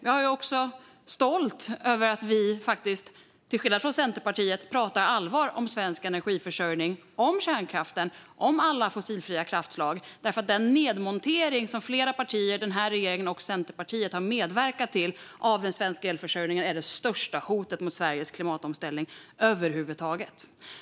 Jag är också stolt över att vi till skillnad från Centerpartiet pratar allvar om svensk energiförsörjning, om kärnkraften och om alla fossilfria kraftslag. Den nedmontering av den svenska elförsörjningen som den här regeringen och flera partier, inklusive Centerpartiet, har medverkat till är det största hotet mot Sveriges klimatomställning över huvud taget.